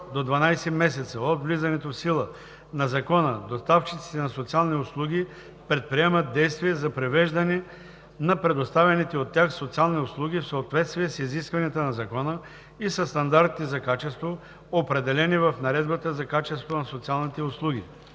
до 12 месеца от влизането в сила на закона доставчиците на социални услуги предприемат действия за привеждане на предоставяните от тях социални услуги в съответствие с изискванията на закона и със стандартите за качество, определени в Наредбата за качеството на социалните услуги.